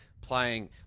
Playing